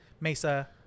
Mesa